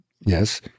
Yes